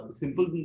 simple